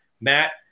Matt